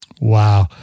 Wow